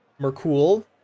Merkul